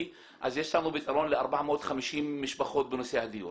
אז יש לנו פתרון ל-400 משפחות בנושא הדיור.